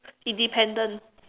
independent